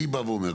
אני בא ואומר,